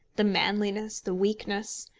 the manliness, the weakness,